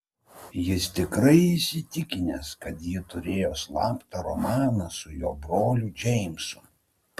jis tikrai įsitikinęs kad ji turėjo slaptą romaną su jo broliu džeimsu